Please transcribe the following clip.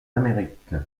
amérique